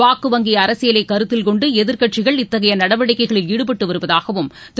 வாக்கு வங்கி அரசியலை கருத்தில் கொண்டு எதிர்க்கட்சிகள் இத்தகைய நடவடிக்கைகளில் ஈடுபட்டு வருவதாகவும் திரு